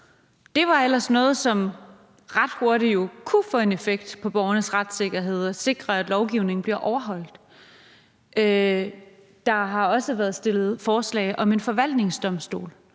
Det var ellers noget, som ret hurtigt jo kunne få en effekt på borgernes retssikkerhed og sikre, at lovgivningen blev overholdt. Der har også været stillet forslag om en forvaltningsdomstol,